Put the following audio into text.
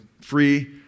free